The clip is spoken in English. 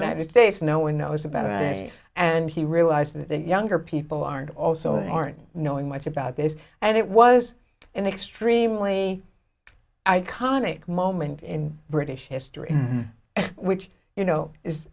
united states no one knows about it and he realized that the younger people aren't also aren't knowing much about this and it was an extremely iconic moment in british history which you know i